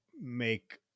make